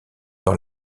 dans